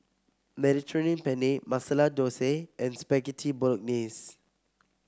Mediterranean Penne Masala Dosa and Spaghetti Bolognese